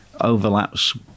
overlaps